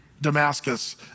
Damascus